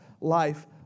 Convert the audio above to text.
life